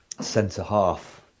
centre-half